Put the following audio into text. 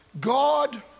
God